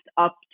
up